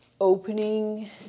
Opening